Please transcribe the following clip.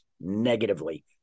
negatively